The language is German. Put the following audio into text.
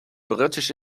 britisch